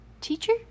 teacher